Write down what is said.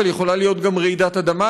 אבל יכולה להיות גם רעידת אדמה,